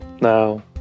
Now